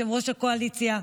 יושב-ראש הקואליציה,